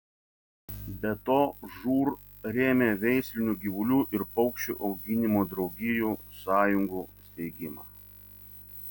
be to žūr rėmė veislinių gyvulių ir paukščių auginimo draugijų sąjungų steigimą